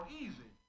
easy